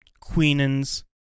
Queenan's